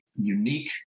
unique